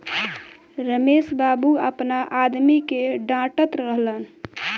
रमेश बाबू आपना आदमी के डाटऽत रहलन